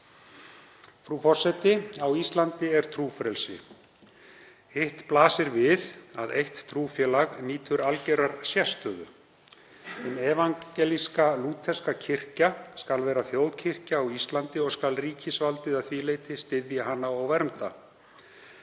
Frú forseti. Á Íslandi er trúfrelsi. Hitt blasir við að eitt trúfélag nýtur algerrar sérstöðu. Hin evangelíska lúterska kirkja skal vera þjóðkirkja á Íslandi og skal ríkisvaldið að því leyti styðja hana og vernda.